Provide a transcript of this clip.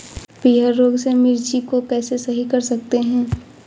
पीहर रोग से मिर्ची को कैसे सही कर सकते हैं?